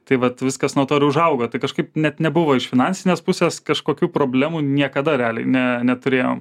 tai vat viskas nuo to ir užaugo tai kažkaip net nebuvo iš finansinės pusės kažkokių problemų niekada realiai ne neturėjau